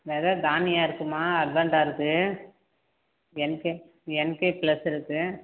வெதை தானியம் இருக்குதுமா அஜெண்டா இருக்கு N K N K plus இருக்குது